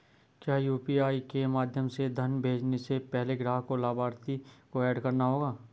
क्या यू.पी.आई के माध्यम से धन भेजने से पहले ग्राहक को लाभार्थी को एड करना होगा?